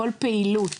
כל פעילות